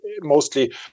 mostly